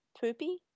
poopy